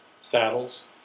saddles